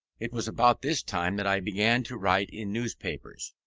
it was about this time that i began to write in newspapers.